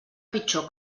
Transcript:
pitjor